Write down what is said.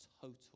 total